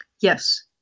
Yes